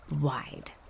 wide